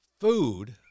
food